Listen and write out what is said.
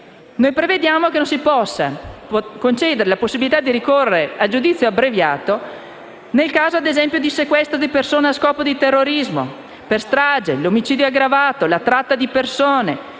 Noi prevedevamo che non si potesse concedere la possibilità di ricorrere al giudizio abbreviato, ad esempio nel caso di sequestro di persona per scopi di terrorismo, per strage, per omicidio aggravato, per la tratta di persone,